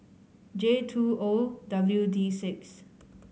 J two O W D six